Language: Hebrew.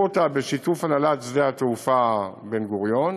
אותה בשיתוף הנהלת שדה-התעופה בן-גוריון